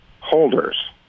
holders